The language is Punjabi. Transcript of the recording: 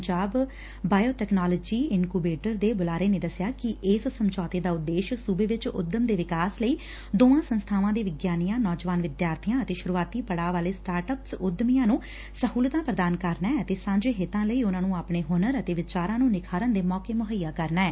ਪੰਜਾਬ ਬਾਇਓ ਟੈਕਨਾਲੋਜੀ ਇਨਕੁਬੇਟਰ ਦੇ ਬੁਲਾਰੇ ਨੇ ਦਸਿਆ ਕਿ ਇਸ ਸਮਝੌਤੇ ਦਾ ਉਦੇਸ਼ ਸੁਬੇ ਵਿਚ ਉੱਦਮ ਦੇ ਵਿਕਾਸ ਲਈ ਦੋਵਾਂ ਸੰਸਬਾਵਾਂ ਦੇ ਵਿਗਿਆਨੀਆਂ ਨੌਜਵਾਨ ਵਿਦਿਆਰਬੀਆਂ ਅਤੇ ਸੂਰੁਆਤੀ ਪੜਾਅ ਵਾਲੇ ਸਟਾਰਟ ਅੱਪਸ ਉਦਮੀਆਂ ਨੂੰ ਸਹੁਲਤਾਂ ਪ੍ਰਦਾਨ ਕਰਨਾ ਅਤੇ ਸਾਂਝੇ ਹਿੱਤਾਂ ਲਈ ਉਨੂਾਂ ਨੂੰ ਆਪਣੇ ਹੁਨਰ ਅਤੇ ਵਿਚਾਰਾਂ ਨੂੰ ਨਿਖਾਰਨ ਦੇ ਮੌਕੇ ਮੁਹੱਈਆ ਕਰਨਾ ਐ